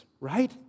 right